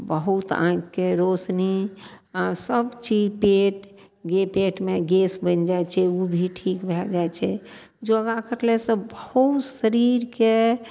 बहुत आँखिके रोशनी आर सब चीज पेट गे पेटमे गैस बनि जाइ छै उ भी ठीक भए जाइ छै योगा करलासँ बहुत शरीरके